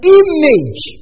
image